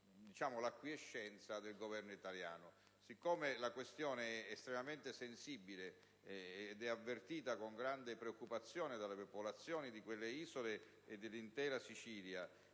con l'acquiescenza del Governo italiano. Siccome la questione è estremamente sensibile ed è avvertita con grande preoccupazione dalle popolazioni di quelle isole e dell'intera Sicilia,